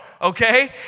okay